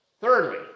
Thirdly